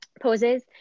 poses